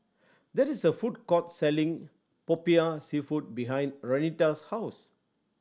there is a food court selling Popiah Seafood behind Renita's house